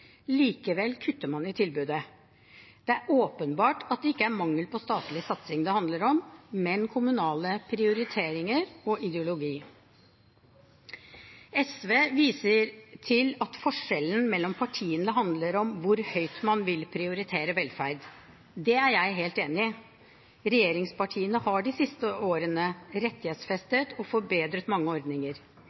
Likevel kutter man i tilbudet. Det er åpenbart ikke mangel på statlig satsing det handler om, men om kommunale prioriteringer og ideologi. SV viser til at forskjellen mellom partiene handler om hvor høyt man vil prioritere velferd, og det er jeg helt enig i. Regjeringspartiene har de siste årene rettighetsfestet og forbedret mange ordninger.